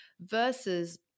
versus